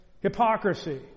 hypocrisy